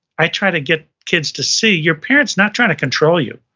i try to get kids to see, your parents not trying to control you.